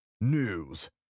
News